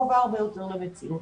קרובה הרבה יותר למציאות.